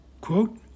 quote